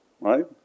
Right